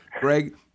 Greg